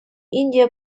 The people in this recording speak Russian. индия